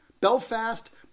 Belfast